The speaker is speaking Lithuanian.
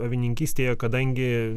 avininkystėje kadangi